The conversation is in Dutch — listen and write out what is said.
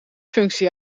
functie